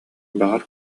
баҕар